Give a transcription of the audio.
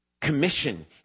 commission